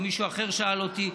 או מישהו אחר שאל אותי.